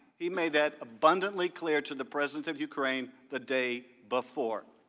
he made that abundantly clear to the president of ukraine the day before.